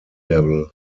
level